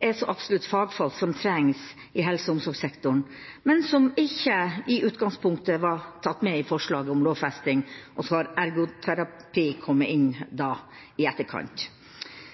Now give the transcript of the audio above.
er så absolutt fagfolk som trengs i helse- og omsorgssektoren, og som ikke i utgangspunktet var tatt med i forslaget om lovfesting, men så har ergoterapeuter kommet inn i etterkant.